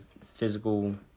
physical